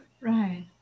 Right